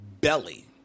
belly